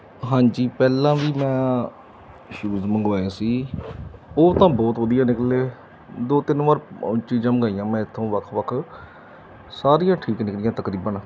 ਹਾਂਜੀ ਪਹਿਲਾਂ ਵੀ ਮੈਂ ਸ਼ੂਜ ਮੰਗਵਾਏ ਸੀ ਉਹ ਤਾਂ ਬਹੁਤ ਵਧੀਆ ਨਿਕਲੇ ਦੋ ਤਿੰਨ ਵਾਰ ਚੀਜਾਂ ਮੰਗਾਈਆਂ ਮੈਂ ਇੱਥੋਂ ਵੱਖ ਵੱਖ ਸਾਰੀਆਂ ਠੀਕ ਨਿਕਲਦੀਆਂ ਤਕਰੀਬਨ